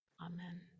Amen